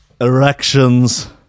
Erections